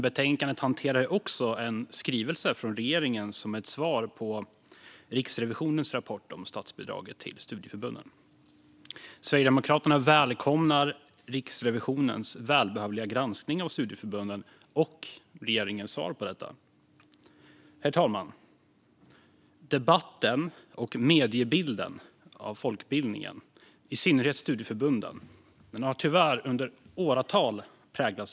Betänkandet hanterar också en skrivelse från regeringen som är ett svar på Riksrevisionens rapport om statsbidraget till studieförbunden. Sverigedemokraterna välkomnar Riksrevisionens välbehövliga granskning av studieförbunden och regeringens svar på denna. Herr talman! Debatten och medierapporteringen om folkbildningen - i synnerhet studieförbunden - har under åratal tyvärr präglats av en bild av problem.